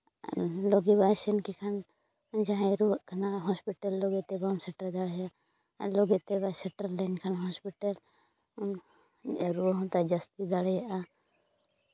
ᱞᱟᱜᱮ ᱵᱟᱭ ᱥᱮᱱ ᱠᱮᱠᱷᱟᱱ ᱡᱟᱦᱟᱸᱭ ᱨᱩᱣᱟᱹᱜ ᱠᱟᱱᱟᱭ ᱦᱚᱥᱯᱤᱴᱟᱞ ᱞᱟᱜᱮ ᱛᱮ ᱵᱟᱢ ᱥᱮᱴᱮᱨ ᱫᱟᱲᱮᱭᱟᱜ ᱞᱟᱜᱮ ᱛᱮ ᱵᱟᱭ ᱥᱮᱴᱮᱨ ᱞᱮᱱᱠᱷᱟᱱ ᱦᱚᱥᱯᱤᱴᱟᱞ ᱨᱩᱣᱟᱹ ᱦᱚᱸᱛᱟᱭ ᱡᱟᱹᱥᱛᱤ ᱫᱟᱲᱮᱭᱟᱜᱼᱟ